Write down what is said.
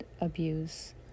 abuse